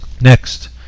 Next